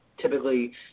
typically